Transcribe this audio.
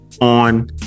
on